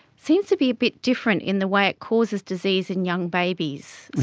seems to be a bit different in the way it causes disease in young babies.